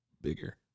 bigger